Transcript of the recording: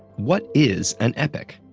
what is an epoch?